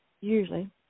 usually